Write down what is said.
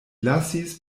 lasis